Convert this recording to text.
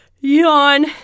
yawn